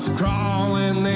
crawling